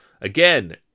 Again